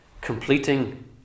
completing